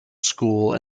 school